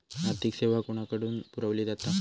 आर्थिक सेवा कोणाकडन पुरविली जाता?